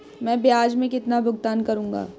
मैं ब्याज में कितना भुगतान करूंगा?